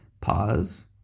Pause